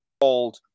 called